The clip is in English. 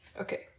Okay